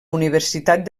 universitat